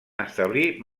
establir